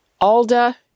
Alda